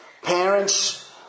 Parents